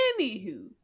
anywho